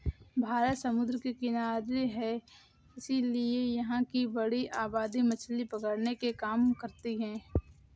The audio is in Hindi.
भारत समुद्र के किनारे है इसीलिए यहां की बड़ी आबादी मछली पकड़ने के काम करती है